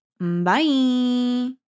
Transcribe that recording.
Bye